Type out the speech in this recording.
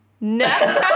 No